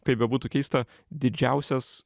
kaip bebūtų keista didžiausias